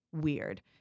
weird